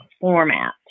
format